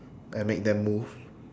and make them move